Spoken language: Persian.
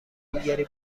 دیگری